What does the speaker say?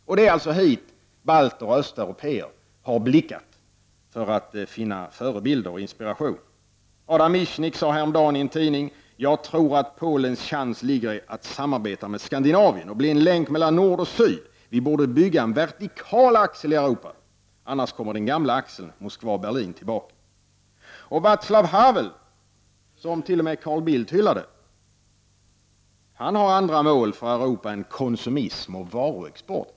Och det är alltså hit balter och östeuropéer har blickat för att finna förebilder och inspiration. Adam Michnik sade häromdagen i en tidning: Jag tror att Polens chans ligger i att samarbeta med Skandinavien och bli en länk mellan nord och syd. Vi borde bygga en vertikal axel i Europa. Annars kommer den gamla axeln Moskva-Berlin tillbaka. Och Vaclav Havel som t.o.m. Carl Bildt hyllade har andra mål för Europa än konsumism och varuexport.